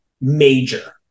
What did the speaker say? major